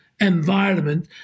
environment